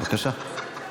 בבקשה.